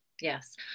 yes